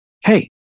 hey